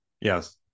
yes